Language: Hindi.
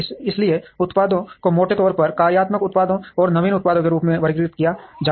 इसलिए उत्पादों को मोटे तौर पर कार्यात्मक उत्पादों और नवीन उत्पादों के रूप में वर्गीकृत किया जाता है